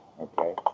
okay